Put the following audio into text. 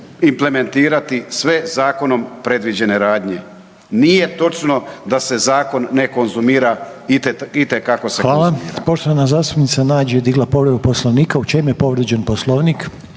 implementirati sve zakonom predviđene radnje. Nije točno da se zakon ne konzumira. Itekako se konzumira.